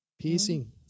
Piercing